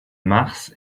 mars